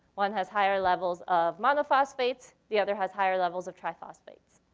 one has higher levels of monophosphates, the other has higher levels of triphosphates.